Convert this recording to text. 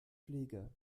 pflege